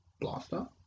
Blaster